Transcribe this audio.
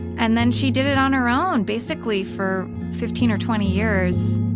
and then she did it on her own basically for fifteen or twenty years.